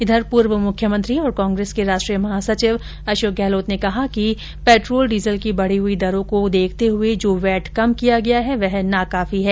इधर पूर्व मुख्यमंत्री और कांग्रेस के राष्ट्रीय महासचिव अशोक गहलोत ने कहा कि पेट्रोल डीजल की बढ़ी हुई दरों को देखते हुए जो वैट कम किया है वह नाकाफी है